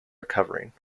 recovering